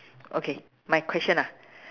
okay my question ah